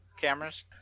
cameras